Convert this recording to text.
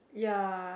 ya